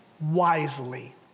wisely